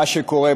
מה שקורה,